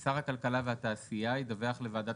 "שר הכלכלה והתעשייה ידווח לוועדת